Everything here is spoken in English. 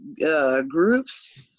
groups